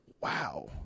wow